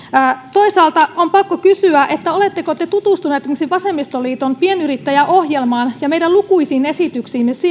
toisaalta on pakko kysyä oletteko te tutustunut vasemmistoliiton pienyrittäjäohjelmaan ja meidän lukuisiin esityksiimme